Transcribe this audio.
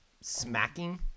smacking